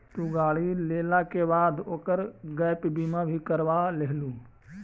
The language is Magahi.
तु गाड़ी लेला के बाद ओकर गैप बीमा भी करवा लियहून